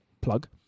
plug